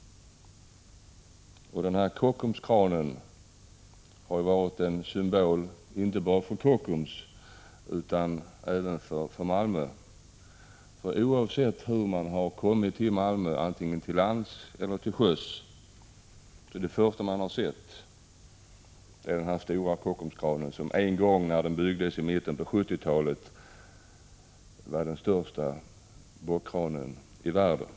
Kockumskranen har varit en symbol inte bara för Kockums utan för hela Malmö. Oavsett om man rest till lands eller till sjöss har det första man sett vid ankomsten till Malmö varit den stora Kockumskranen. Den var den största bockkranen i världen när den en gång byggdes i mitten av 1970-talet.